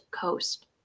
Coast